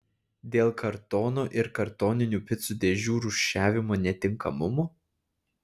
dėl kartono ir kartoninių picų dėžių rūšiavimo netinkamumo